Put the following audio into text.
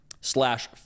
slash